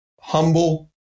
Humble